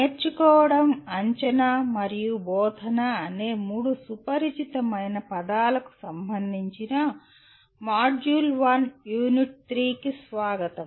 నేర్చుకోవడం అంచనా మరియు బోధన అనే మూడు సుపరిచితమైన పదాలకు సంబంధించిన మాడ్యూల్ 1 యూనిట్ 3 కు స్వాగతం